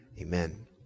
Amen